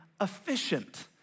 efficient